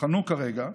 חנוק כרגע,